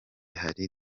hari